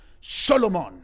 Solomon